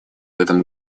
этом